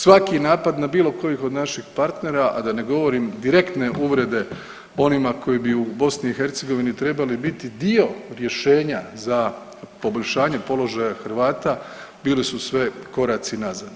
Svaki napad na bilo koji od naših partera, a da ne govorim direktne uvrede onima koji bi u BiH trebali biti dio rješenja za poboljšanje položaja Hrvata bile su sve koraci nazad.